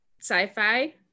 sci-fi